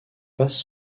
passe